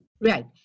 Right